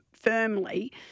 firmly